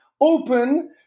open